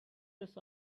lists